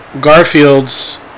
Garfield's